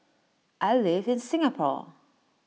I live in Singapore